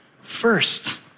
First